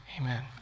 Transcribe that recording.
amen